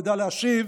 ידע להשיב: